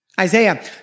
Isaiah